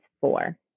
four